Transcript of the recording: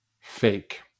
Fake